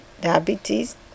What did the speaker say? diabetes